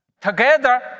Together